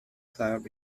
club